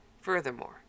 Furthermore